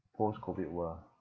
post COVID world ah